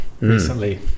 recently